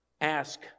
Ask